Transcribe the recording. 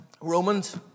Romans